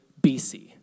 BC